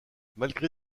malgré